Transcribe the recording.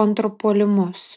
kontrpuolimus